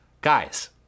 Guys